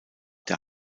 der